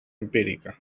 empírica